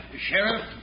Sheriff